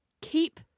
Keep